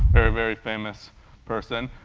very, very famous person.